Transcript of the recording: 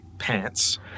pants